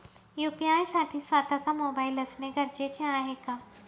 UPI साठी स्वत:चा mobile असणे गरजेचे आहे का?